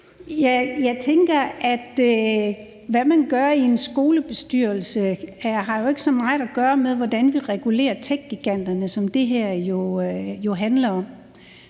jeg tænker jo, at hvad man gør i en skolebestyrelse, ikke har så meget at gøre med, hvordan vi regulerer techgiganterne, hvilket det her jo handler om.